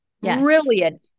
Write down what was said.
Brilliant